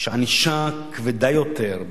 שענישה כבדה יותר,